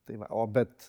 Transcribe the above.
tai va o bet